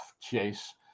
chase